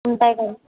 ఉంటాయి కదా